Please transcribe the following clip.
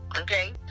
Okay